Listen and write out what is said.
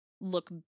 look